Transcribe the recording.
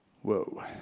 Whoa